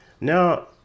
now